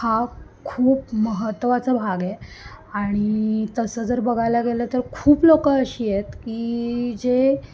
हा खूप महत्त्वाचा भाग आहे आणि तसं जर बघायला गेलं तर खूप लोक अशी आहेत की जे